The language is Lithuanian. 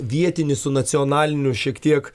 į vietinį su nacionaliniu šiek tiek